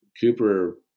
Cooper